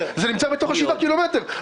זה נמצא בתוך השבעה קילומטר.